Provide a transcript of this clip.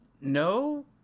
No